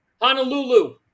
Honolulu